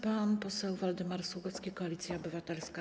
Pan poseł Waldemar Sługocki, Koalicja Obywatelska.